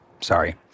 sorry